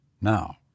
Now